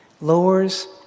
lowers